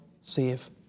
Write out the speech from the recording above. save